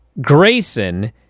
Grayson